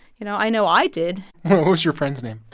you know, i know i did what was your friend's name?